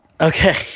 Okay